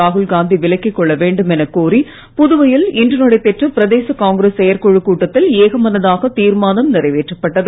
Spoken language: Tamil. ராகுல்காந்தி விளக்கிக் கொள்ள வேண்டும் எனக் கோரி புதுவையில் இன்று நடைபெற்ற பிரதேச காங்கிரஸ் செயற்குழு கூட்டத்தில் ஏகமனதாக தீர்மானம் நிறைவேற்றப்பட்டது